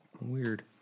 Weird